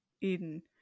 Eden